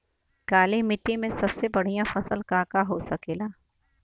काली माटी में सबसे बढ़िया फसल का का हो सकेला?